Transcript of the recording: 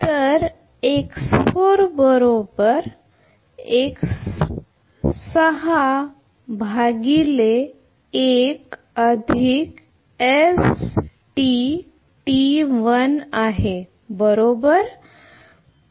तर x 4 बरोबर x6 भागिले 1 अधिक s T t 1 आहे बरोबर